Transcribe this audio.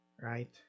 right